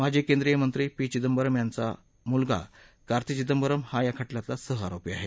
माजी केंद्रीय मंत्री पी चिदंबरम् यांचा मुलगा कार्ती चिदंबरम् हा या खटल्यातला सहआरोपी आहे